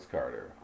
Carter